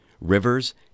rivers